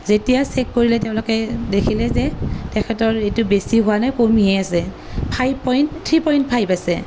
যেতিয়া চেক কৰিলে তেওঁলোকে দেখিলে যে তেখেতৰ এইটো বেছি হোৱা নাই কমিহে আছে five point three point five আছে